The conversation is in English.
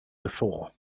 before